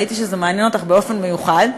ראיתי שזה מעניין אותך באופן מיוחד,